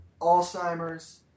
Alzheimer's